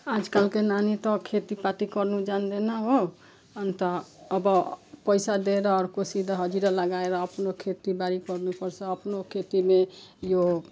आजकालको नानी त खेतीपाती गर्नु जान्दैन हो अन्त अब पैसा दिएर अर्कोसित हजिरा लगाएर आफ्नो खेतीबारी गर्नुपर्छ आफ्नो खेतीमा यो